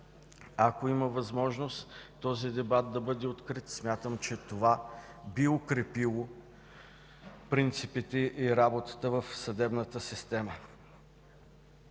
Ако има възможност този дебат да бъде открит, смятам, че това би укрепило принципите и работата в съдебната система.